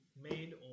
made